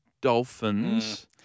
Dolphins